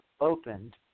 opened